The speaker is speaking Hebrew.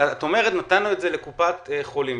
את אומרת: נתנו את זה לקופת החולים.